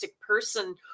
person